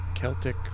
Celtic